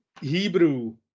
Hebrew